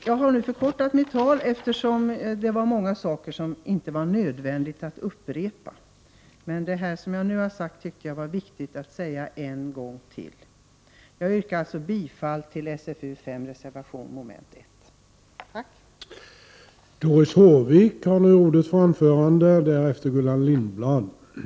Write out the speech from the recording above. Jag har nu förkortat mitt anförande, eftersom mycket inte var nödvändigt att upprepa, men det jag nu har sagt tyckte jag var viktigt att säga en gång till. Jag yrkar bifall till reservationen, mom. 1, i socialförsäkringsutskottets betänkande 5.